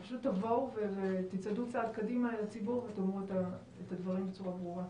פשוט תבואו ותצעדו צעד קדימה אל הציבור ותאמרו את הדברים בצורה ברורה.